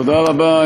תודה רבה,